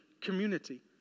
community